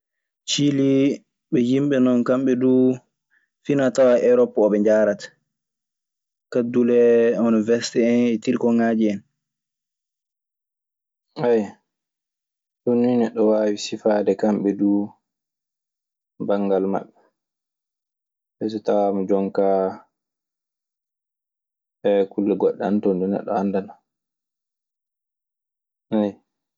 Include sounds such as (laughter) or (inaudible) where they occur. Cili ɓe yimɓe non kamɓe dun finatawa erope o ɓe jarata kadule hono weste hen e tirkongaji hen. (hesitation) Ɗun nii neɗɗo waawi sifaade kamɓe duu banngal maɓɓe. Fay so tawaama jonkaa (hesitation) kulle goɗɗe ana ton ɗe neɗɗo anndanaa.